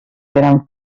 gran